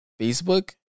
Facebook